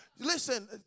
Listen